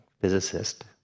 physicist